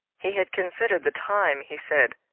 he had considered the time, he said,